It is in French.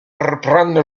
reprendre